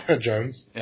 Jones